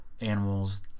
animals